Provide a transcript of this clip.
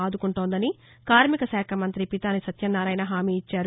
ఆదుకుంటోందని కార్మిక శాఖ మంతి పితాని సత్యనారాయణ హామీ ఇచ్చారు